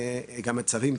אותו.